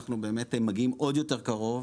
אנחנו מגיעים עוד יותר קרוב,